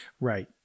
Right